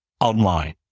online